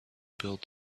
build